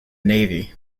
navy